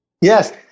yes